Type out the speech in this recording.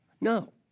No